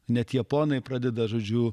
net japonai pradeda žodžiu